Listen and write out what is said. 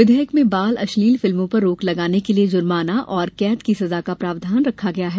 विधेयक में बाल अश्लील फिल्मों पर रोक लगाने के लिए जुर्माना और कैद की सजा का प्रावधान रखा गया है